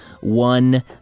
one